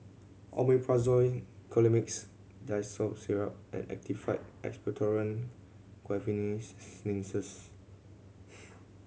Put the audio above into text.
Omeprazole Colimix Dicyclomine Syrup and Actified Expectorant Guaiphenesin Linctus